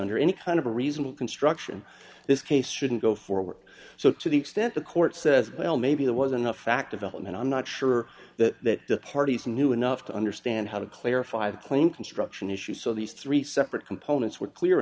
under any kind of reasonable construction this case shouldn't go forward so to the extent the court says well maybe there was enough fact development i'm not sure that the parties knew enough to understand how to clarify the claim construction issue so these three separate components were clear